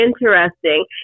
Interesting